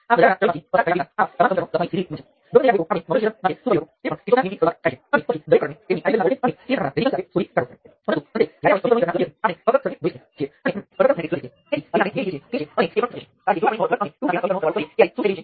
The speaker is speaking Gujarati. તો સૌ પ્રથમ તમે સમજો છો કે આ કરંટ સ્ત્રોત નોડ 1 અને નોડ 2 ના સમીકરણોમાં દેખાય છે કારણ કે તે નોડ 1 અને 2 વચ્ચે જોડાયેલ છે